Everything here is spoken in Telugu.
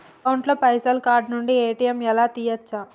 అకౌంట్ ల పైసల్ కార్డ్ నుండి ఏ.టి.ఎమ్ లా తియ్యచ్చా?